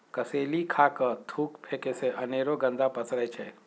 कसेलि खा कऽ थूक फेके से अनेरो गंदा पसरै छै